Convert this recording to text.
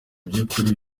by’ukuri